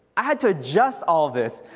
i had to adjust all this.